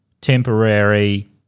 temporary –